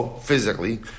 physically